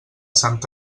sant